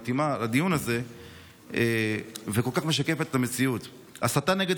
מתאימה לדיון הזה וכל כך משקפת את המציאות: "הסתה נגד